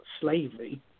slavery